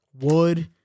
Wood